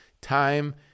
time